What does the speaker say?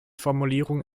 formulierung